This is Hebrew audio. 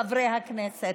חברי הכנסת,